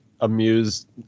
amused